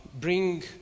bring